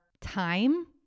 time